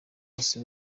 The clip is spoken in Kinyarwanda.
bose